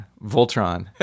Voltron